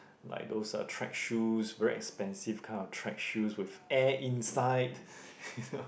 like those ah track shoes very expensive kind of track shoes with air inside